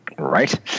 right